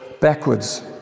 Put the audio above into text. backwards